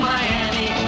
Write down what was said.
Miami